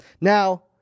Now